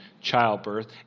childbirth